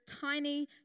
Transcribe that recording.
tiny